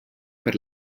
per